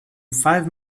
five